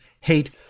hate